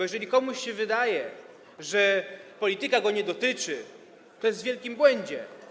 Jeżeli komuś się wydaje, że polityka go nie dotyczy, to jest w wielkim błędzie.